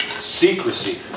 Secrecy